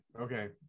okay